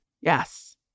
Yes